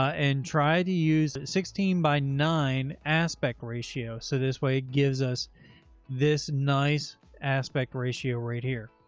and try to use sixteen by nine aspect ratio. so this way it gives us this nice aspect ratio right here.